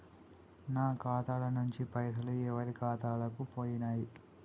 నా ఖాతా ల నుంచి పైసలు ఎవరు ఖాతాలకు పోయినయ్?